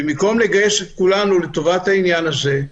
ובמקום לגייס את כולנו לטובת העניין הזה,